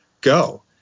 go